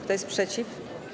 Kto jest przeciw?